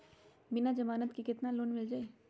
बिना जमानत के केतना लोन मिल जाइ?